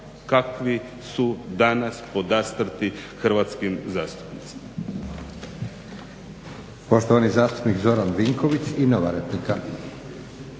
kakvi su danas podastrti hrvatskim zastupnicima.